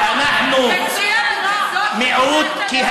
הן המציאו את הביטוי מיעוטים.